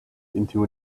into